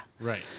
right